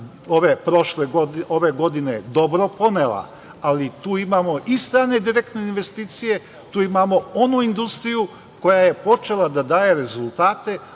ove godine dobro ponela, ali tu imamo i strane direktne investicije, tu imamo onu industriju koja je počela da daje rezultate,